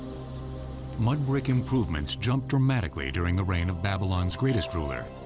mud brick improvements jumped dramatically during the reign of babylon's greatest ruler,